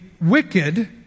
wicked